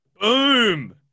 Boom